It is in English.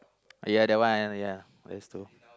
Uh yeah that one yeah I used to